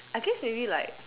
I guess maybe like